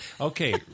Okay